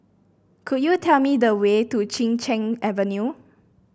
could you tell me the way to Chin Cheng Avenue